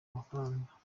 amafaranga